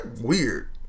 weird